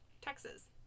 Texas